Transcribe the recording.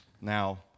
Now